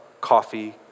coffee